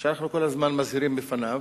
שאנחנו מזהירים כל הזמן מפניו,